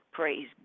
Praise